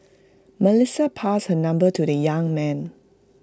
Melissa passed her number to the young man